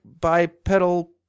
bipedal